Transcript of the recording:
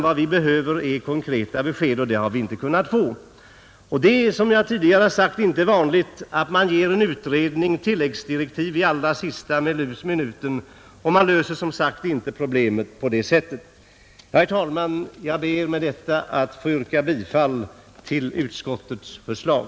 Vad vi behöver är i stället konkreta besked och det har vi inte kunnat få. Som jag tidigare har sagt är det inte vanligt att man i allra sista minuten ger en utredning tilläggsdirektiv. Man löser, som sagt, inte problemet på det sättet. Herr talman! Jag ber med dessa ord att få yrka bifall till utskottets förslag.